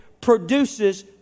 produces